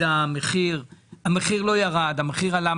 שהמחיר לא ירד אלא עלה.